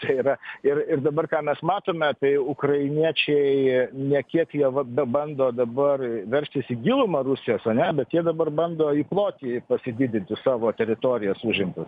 tai yra ir ir dabar ką mes matome tai ukrainiečiai ne kiekjie va bebando dabar veržtis į gilumą rusijos ar ne bet jie dabar bando į plotį pasididinti savo teritorijas užimtas